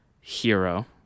hero